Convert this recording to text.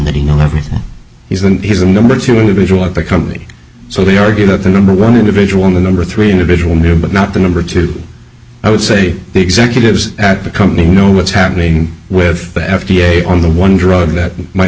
to he's the number two individual at the company so they argue that the number one individual in the number three individual near but not the number two i would say the executives at the company know what's happening with the f d a on the one drug that might